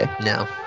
No